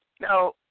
Now